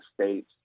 state's